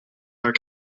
are